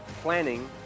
planning